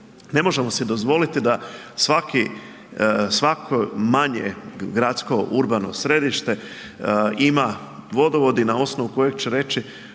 Ne možemo si dozvoliti da svako manje gradsko urbano središte ima vodovod i na osnovu kojeg će reći,